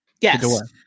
Yes